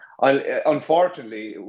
Unfortunately